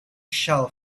shell